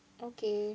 okay